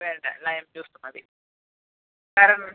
വേണ്ട lime juice മതി വേറൊന്നും